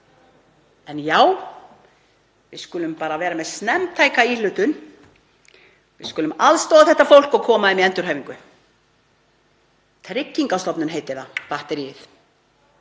Já, við skulum bara vera með snemmtæka íhlutun. Við skulum aðstoða þetta fólk og koma því í endurhæfingu. Tryggingastofnun heitir batteríið.